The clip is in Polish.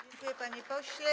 Dziękuję, panie pośle.